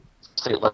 state